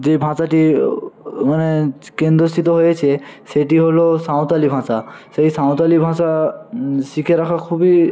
যে ভাষাটি মানে কেন্দ্রস্থিত হয়েছে সেটি হলো সাঁওতালি ভাষা সেই সাঁওতালি ভাষা শিখে রাখা খুবই